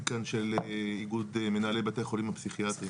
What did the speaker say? כאן של איגוד מנהלי בתי החולים הפסיכיאטרים.